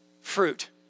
fruit